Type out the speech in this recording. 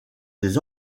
des